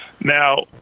Now